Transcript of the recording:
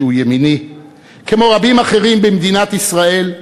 שהוא ימיני, כמו רבים אחרים במדינת ישראל,